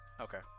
Okay